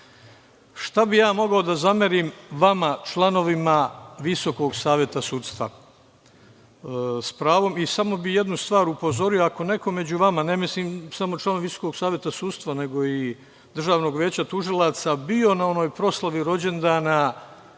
bih ja mogao da zamerim vama, članovima Visokog saveta sudstva s pravom? Samo bih jednu stvar upozorio. Ako neko među vama, ne mislim samo na članove Visokog saveta sudstva nego i Državnog veća tužilaca, bio na onoj proslavi rođendana